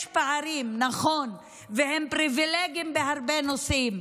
יש פערים, נכון, והם פריבילגים בהרבה נושאים,